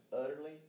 utterly